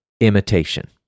imitation